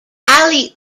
alley